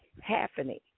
happening